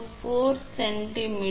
718 r க்கு சமம் எனவே r 0